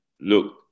look